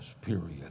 Period